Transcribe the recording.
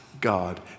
God